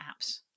apps